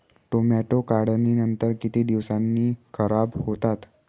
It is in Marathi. टोमॅटो काढणीनंतर किती दिवसांनी खराब होतात?